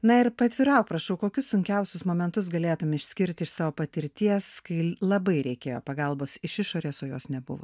na ir paatvirauk prašau kokius sunkiausius momentus galėtumei išskirti iš savo patirties kai labai reikėjo pagalbos iš išorės o jos nebuvo